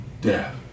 death